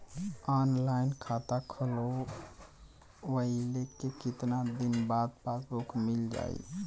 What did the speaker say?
Online खाता खोलवईले के कितना दिन बाद पासबुक मील जाई?